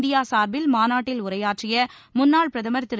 India சார்பில் மாநாட்டில் உரையாற்றிய முன்னாள் பிரதமர் திரு